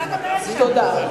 תן, תן לשמוע.